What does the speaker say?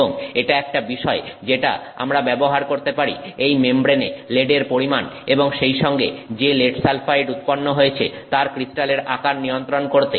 এবং এটা একটা বিষয় যেটা আমরা ব্যবহার করতে পারি এই মেমব্রেনে লেডের পরিমাণ এবং সেইসঙ্গে যে লেড সালফাইড উৎপন্ন হয়েছে তার ক্রিস্টালের আকার নিয়ন্ত্রণ করতে